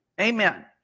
Amen